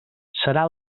serà